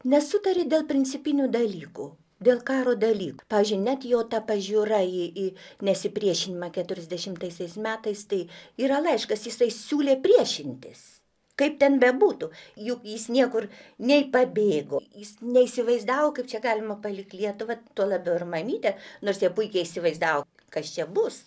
nesutarė dėl principinių dalykų dėl karo dalykų pavyzdžiui net jo ta pažiūra į į nesipriešinimą keturiasdešimtaisiais metais tai yra laiškas jisai siūlė priešintis kaip ten bebūtų juk jis niekur nei pabėgo jis neįsivaizdavo kaip čia galima palikti lietuvą tuo labiau ir mamytę nors jie puikiai įsivaizdavo kas čia bus